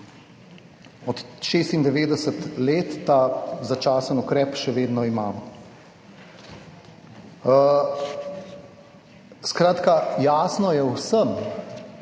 Od 1996. leta začasen ukrep še vedno imamo. Skratka, jasno je v vsem,